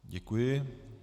Děkuji.